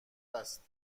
است